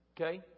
Okay